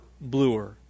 bluer